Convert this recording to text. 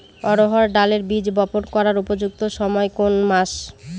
অড়হড় ডালের বীজ বপন করার উপযুক্ত সময় কোন কোন মাস?